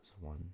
one